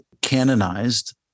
canonized